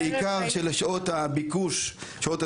בעיקר שעות השיא,